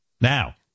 Now